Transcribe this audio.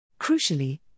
Crucially